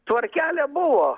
tvarkelė buvo